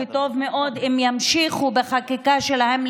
וטוב מאוד אם ימשיכו בחקיקה שלהם,